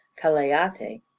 calayati,